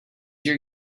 your